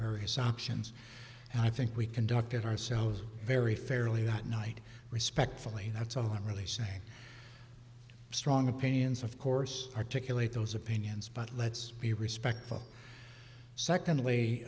various options and i think we conducted ourselves very fairly that night respectfully that's all i'm really saying strong opinions of course articulate those opinions but let's be respectful secondly